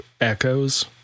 echoes